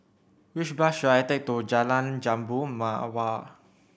which bus should I take to Jalan Jambu Mawar